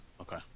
okay